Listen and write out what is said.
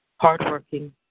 hardworking